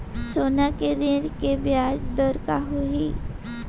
सोना के ऋण के ब्याज दर का होही?